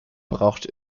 braucht